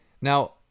now